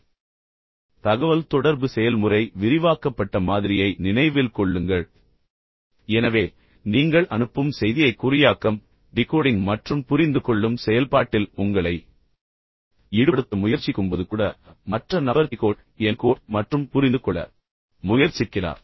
முந்தைய விவாதத்தில் நான் விவாதித்த இந்த தகவல்தொடர்பு செயல்முறை விரிவாக்கப்பட்ட மாதிரியை நினைவில் கொள்ளுங்கள் எனவே நீங்கள் அனுப்பும் செய்தியை குறியாக்கம் டிகோடிங் மற்றும் புரிந்துகொள்ளும் செயல்பாட்டில் உங்களை ஈடுபடுத்த முயற்சிக்கும்போது கூட மற்ற நபர் டிகோட் என்கோட் மற்றும் புரிந்து கொள்ள முயற்சிக்கிறார்